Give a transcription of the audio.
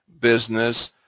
business